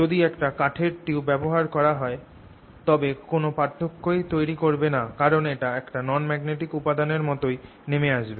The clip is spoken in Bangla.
যদি একটা কাঠের টিউব ব্যবহার করা হয় তবে কোন পার্থক্যই তৈরি করবে না কারণ এটা একটা নন ম্যাগনেটিক উপাদানের মতই নেমে আসবে